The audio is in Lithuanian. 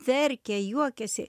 verkia juokiasi